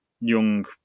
young